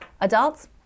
Adults